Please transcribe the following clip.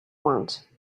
want